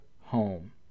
home